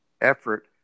effort